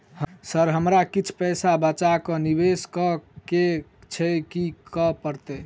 Sir हमरा किछ पैसा बचा कऽ निवेश करऽ केँ छैय की करऽ परतै?